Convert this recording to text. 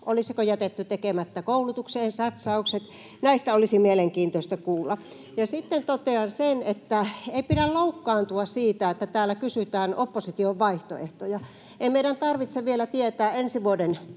olisiko jätetty tekemättä koulutukseen satsaukset? Näistä olisi mielenkiintoista kuulla. Ja sitten totean, että ei pidä loukkaantua siitä, että täällä kysytään opposition vaihtoehtoja. Ei meidän tarvitse vielä tietää teidän